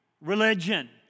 religion